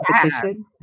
competition